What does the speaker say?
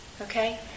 okay